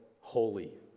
holy